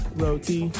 roti